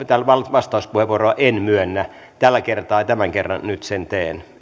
vastauspuheenvuoroa en myönnä tämän kerran nyt sen teen